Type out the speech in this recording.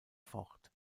fort